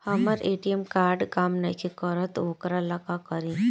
हमर ATM card काम नईखे करत वोकरा ला का करी?